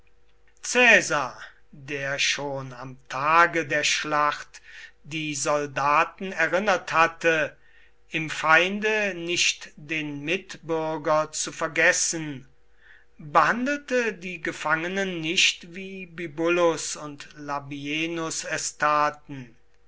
der schon am tage der schlacht die soldaten erinnert hatte im feinde nicht den mitbürger zu vergessen behandelte die gefangenen nicht wie bibulus und labienus es taten